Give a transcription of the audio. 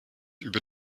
über